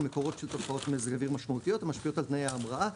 ומקורות של תופעות מזג אוויר משמעותיות המשפיעות על תנאי ההמראה,